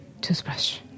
Toothbrush